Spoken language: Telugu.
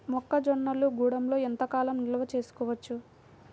మొక్క జొన్నలు గూడంలో ఎంత కాలం నిల్వ చేసుకోవచ్చు?